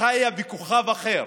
חיה על כוכב אחר,